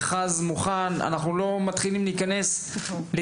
המכרז מוכן ואנחנו לא מתחילים להיכנס שוב